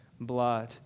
blood